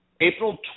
April